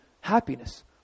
happiness